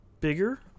bigger